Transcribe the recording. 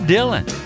Dylan